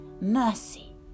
Mercy